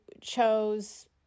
chose